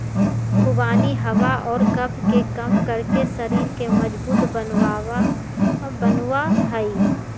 खुबानी हवा और कफ के कम करके शरीर के मजबूत बनवा हई